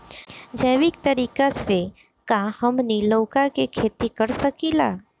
जैविक तरीका से का हमनी लउका के खेती कर सकीला?